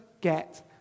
get